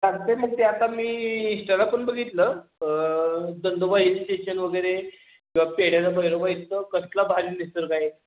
चालत आहे मग ते आता मी इंश्टाला पण बगितलं दंदोबा हिल स्टेशन वगैरे किंवा पेढ्याचा भैरोबा इथं कसला भारी निसर्ग आहे